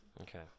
Okay